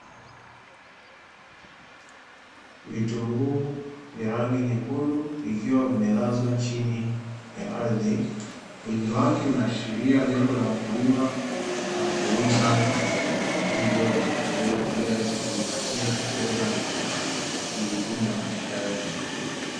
Vitunguu vya rangi nyekundu vikiwa vimelazwa chini ya ardhi, wingi wake unaashiria lengo la mkulima la kuuza, hivyo kuweza kujipatia fedha na kujikimu na maisha yake.